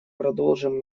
продолжим